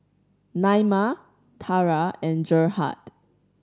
Naima Tarah and Gerhard